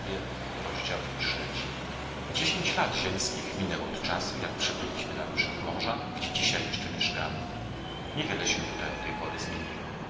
zakończyć nasza odyseja dziesięć lat ziemskich minęło od czasu jak przybyliśmy nad brzeg morza gdzie dzisiaj jeszcze mieszkamy nie wiele się tutaj od tej pory zmieniło